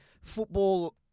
Football